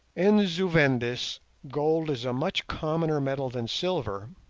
in zu-vendis gold is a much commoner metal than silver,